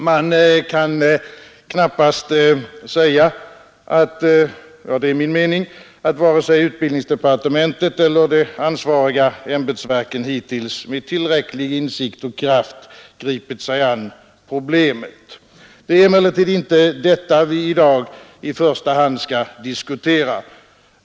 Man kan knappast säga — det är min uppfattning — att vare sig utbildningsdepartementet eller de ansvariga ämbetsverken hittills med tillräcklig insikt och kraft har gripit sig an problemen. Det är emellertid inte detta vi i dag i första hand skall diskutera.